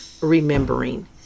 Remembering